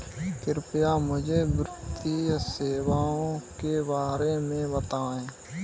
कृपया मुझे वित्तीय सेवाओं के बारे में बताएँ?